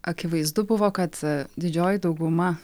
akivaizdu buvo kad didžioji dauguma